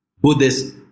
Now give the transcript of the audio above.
Buddhist